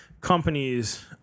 companies